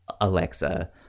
alexa